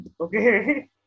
Okay